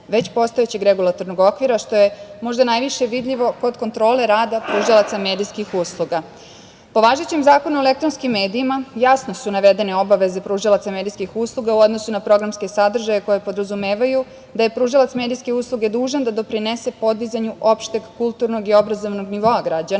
već postojećeg regulatornog okvira, što je možda najviše vidljivo pod kontrolom rada pružalaca medijskih usluga. Po važećem Zakonu o elektronskim medijima jasno su navedene obaveze pružalaca medijskih usluga u odnosu na programske sadržaje koje podrazumevaju da je pružilac medijske usluge dužan da doprinese podizanju opšteg kulturnog i obrazovanog nivoa građana,